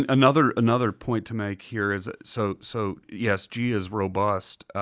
um another another point to make here is, so so yes, g is robust.